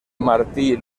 martí